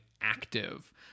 active